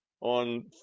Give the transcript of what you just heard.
on